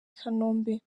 kanombe